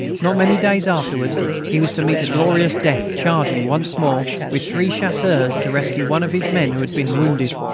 not many days afterwards he was to meet a glorious death charging once more, with three chasseurs, to rescue one of his men who had been wounded.